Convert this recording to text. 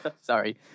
Sorry